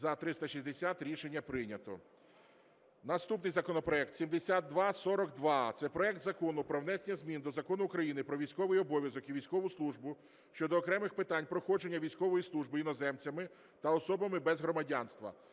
За-360 Рішення прийнято. Наступний законопроект 7242, це проект Закону про внесення змін до Закону України "Про військовий обов'язок і військову службу" щодо окремих питань проходження військової служби іноземцями та особами без громадянства.